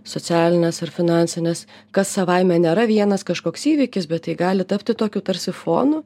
socialinės ir finansinės kas savaime nėra vienas kažkoks įvykis bet tai gali tapti tokiu tarsi fonu